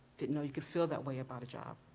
didn't know you could feel that way about a job.